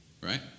Right